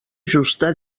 justa